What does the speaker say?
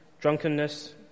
drunkenness